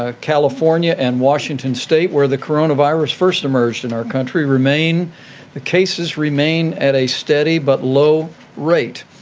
ah california and washington state, where the corona virus first emerged in our country, remain the cases remain at a steady but low rate.